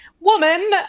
woman